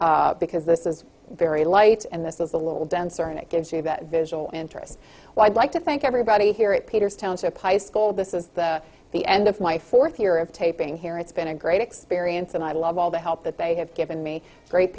thing because this is very light and this is a little denser and it gives you that visual interest well i'd like to thank everybody here at peter's township high school this is the end of my fourth year of taping here it's been a great experience and i love all the help that they have given me great